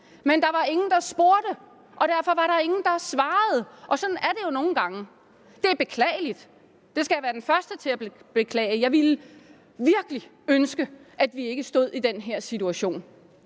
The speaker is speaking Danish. Men der var ingen, der spurgte, og derfor var der ingen, der svarede. Sådan er det jo nogle gange. Det er beklageligt, og jeg skal være den første til at beklage det. Jeg ville virkelig ønske, at vi ikke stod i den her situation.